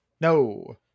No